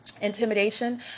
intimidation